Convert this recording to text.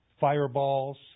fireballs